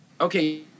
Okay